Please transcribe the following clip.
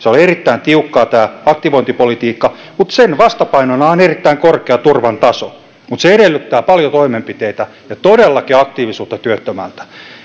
siellä on erittäin tiukkaa tämä aktivointipolitiikka mutta sen vastapainona on erittäin korkea turvan taso mutta se edellyttää paljon toimenpiteitä ja todellakin aktiivisuutta työttömältä